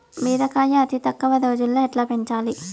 బీరకాయ అతి తక్కువ రోజుల్లో ఎట్లా పెంచాలి?